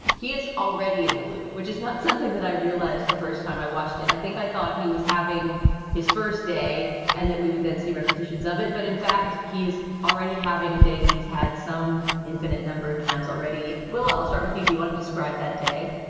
he is already in the loop, which is not something that i realized the first time i watched it. i think i thought he was having his first day and that we would then see repetitions of it. but in fact, he is already having a day that he's had some infinite number of times already. well, i'll start with you. do you want to describe that day?